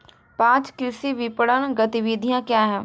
पाँच कृषि विपणन गतिविधियाँ क्या हैं?